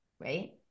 right